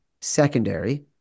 secondary